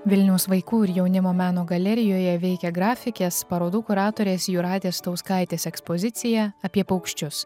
vilniaus vaikų ir jaunimo meno galerijoje veikia grafikės parodų kuratorės jūratės stauskaitės ekspozicija apie paukščius